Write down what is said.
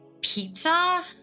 pizza